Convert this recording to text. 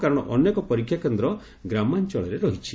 କାରଣ ଅନେକ ପରୀକ୍ଷା କେନ୍ଦ ଗ୍ରାମାଞଳରେ ରହିଛି